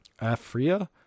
Afria